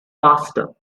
faster